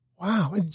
Wow